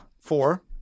Four